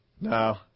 no